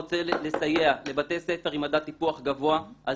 לסייע לבתי ספר עם מדד טיפוח גבוה,